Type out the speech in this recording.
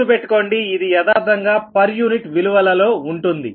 గుర్తుపెట్టుకోండి ఇది యదార్థంగా పర్ యూనిట్ విలువల లో ఉంటుంది